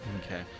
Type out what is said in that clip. Okay